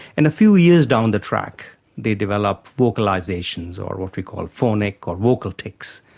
in a few years down the track they develop vocalisations or what we call phonic or vocal tics,